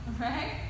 right